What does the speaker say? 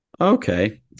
okay